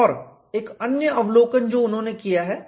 और एक अन्य अवलोकन जो उन्होंने किया है